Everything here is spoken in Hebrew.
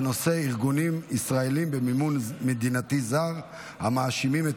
בנושא: ארגונים ישראליים במימון מדינתי זר המאשימים את